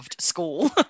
school